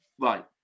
Right